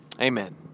Amen